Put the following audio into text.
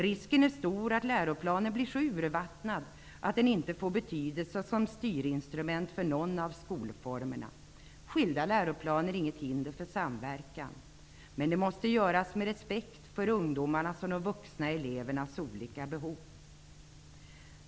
Risken är stor att läroplanen blir så urvattnad att den inte får betydelse som styrinstrument för någon av skolformerna. Skilda läroplaner är inget hinder för samverkan, men de måste göras med respekt för ungdomarnas och de vuxna elevernas olika behov.